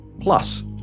Plus